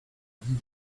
dix